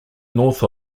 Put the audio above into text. north